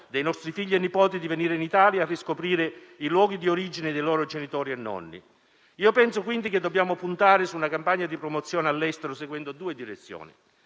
dei nostri figli e nipoti di venire in Italia a riscoprire i luoghi di origine dei loro genitori e nonni. Io penso quindi che dobbiamo puntare su una campagna di promozione all'estero seguendo due direzioni: